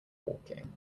walking